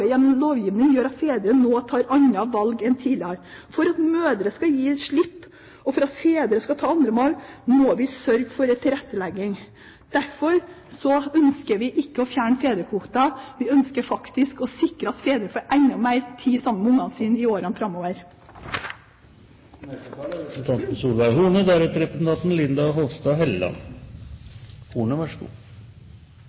gjennom lovgivning gjør at fedrene nå tar andre valg enn tidligere. For at mødre skal gi slipp, og for at fedre skal ta slike valg, må vi sørge for tilrettelegging. Derfor ønsker vi ikke å fjerne fedrekvoten, vi ønsker faktisk å sikre at fedre får enda mer tid sammen med ungene sine i årene framover. Denne saken har, som både saksordføreren og foregående taler